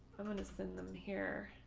i'm going to send them here.